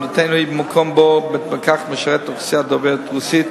עמדתנו היא כי במקום שבו בית-מרקחת משרת אוכלוסייה דוברת רוסית,